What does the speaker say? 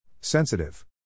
Sensitive